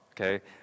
okay